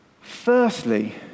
firstly